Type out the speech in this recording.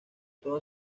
toda